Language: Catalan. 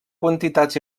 quantitats